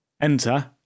enter